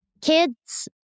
kids